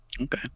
Okay